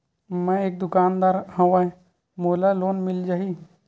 मै एक दुकानदार हवय मोला लोन मिल जाही?